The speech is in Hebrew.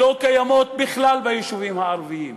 לא קיימות בכלל ביישובים הערביים.